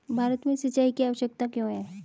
भारत में सिंचाई की आवश्यकता क्यों है?